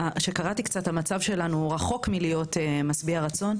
המצב שלנו רחוק מלהיות משביע רצון,